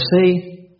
see